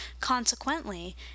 Consequently